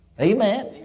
Amen